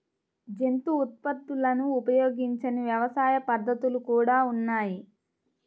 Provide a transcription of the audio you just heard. జంతు ఉత్పత్తులను ఉపయోగించని వ్యవసాయ పద్ధతులు కూడా ఉన్నాయి